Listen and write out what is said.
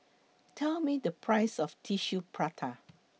Tell Me The Price of Tissue Prata